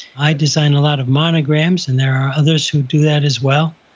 i design a lot of monograms, and there are others who do that as well.